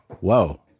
whoa